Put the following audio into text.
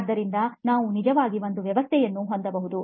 ಆದ್ದರಿಂದ ನಾವು ನಿಜವಾಗಿ ಒಂದು ವ್ಯವಸ್ಥೆಯನ್ನು ಹೊಂದಬಹುದು